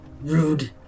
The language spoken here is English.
rude